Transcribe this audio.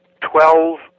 Twelve